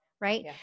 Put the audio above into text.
right